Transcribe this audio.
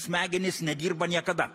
smegenys nedirba niekada